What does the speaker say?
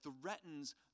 threatens